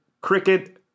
cricket